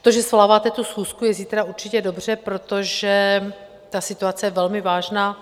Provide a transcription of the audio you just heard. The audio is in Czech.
To, že svoláváte tu schůzku je zítra určitě dobře, protože ta situace je velmi vážná.